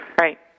Right